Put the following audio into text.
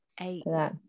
eight